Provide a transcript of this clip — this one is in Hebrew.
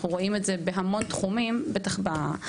אנחנו רואים את זה בהמון תחומים, בטח בנושא הזה.